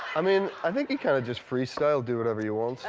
i mean, i think you kind of just freestyle, do whatever you want. oh,